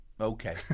Okay